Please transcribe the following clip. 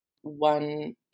one